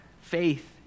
faith